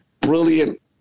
brilliant